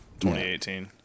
2018